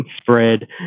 spread